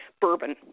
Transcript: Bourbon